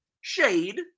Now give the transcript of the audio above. Shade